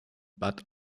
bad